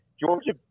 Georgia